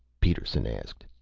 peterson asked.